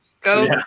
Go